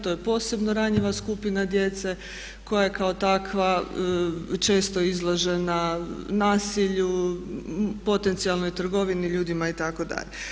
To je posebno ranjiva skupina djece koja je kao takva često izložena nasilju, potencijalnoj trgovini ljudima itd.